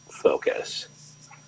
focus